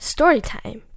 Storytime